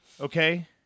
okay